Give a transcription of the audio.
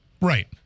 Right